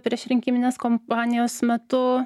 priešrinkiminės kompanijos metu